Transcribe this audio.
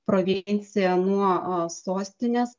provincija nuo sostinės